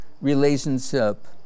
relationship